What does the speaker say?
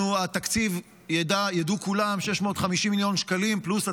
התקציב, ידעו כולם, 650 מיליון שקלים פלוס הצמדות,